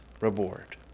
reward